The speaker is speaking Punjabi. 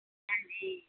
ਹਾਂਜੀ